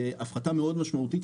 להפחתה מאוד משמעותית,